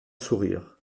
sourire